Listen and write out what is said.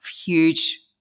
huge